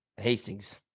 Hastings